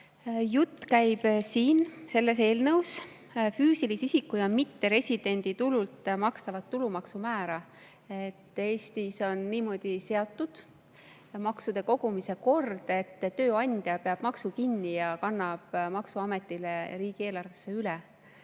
Jutt käib selles eelnõus füüsilise isiku ja mitteresidendi tulult makstava tulumaksu määrast. Eestis on niimoodi seatud maksude kogumise kord, et tööandja peab maksu kinni ja kannab maksuametile riigieelarvesse üle.